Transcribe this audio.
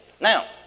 Now